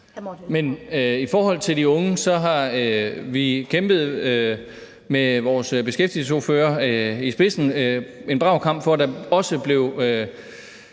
I forhold til de unge har vi med vores beskæftigelsesordfører i spidsen kæmpet en brav kamp for, at der også blev